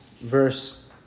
verse